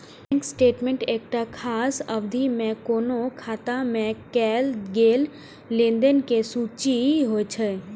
bank statement एकटा खास अवधि मे कोनो खाता मे कैल गेल लेनदेन के सूची होइ छै